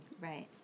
Right